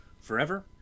forever